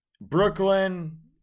Brooklyn